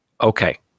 Okay